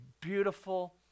beautiful